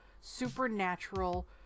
supernatural